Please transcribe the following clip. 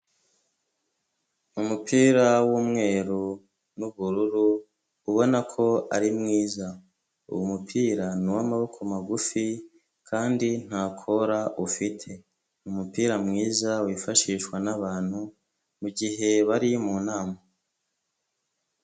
Umupira w'umweru n'ubururu ubona ko ari mwiza uwo mupira ni uw'amaboko magufi kandi nta kora ufite umupira mwiza wifashishwa n'abantu mu gihe bari mu nama.